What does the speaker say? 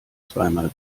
zweimal